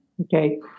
Okay